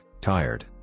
tired